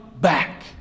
back